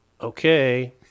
okay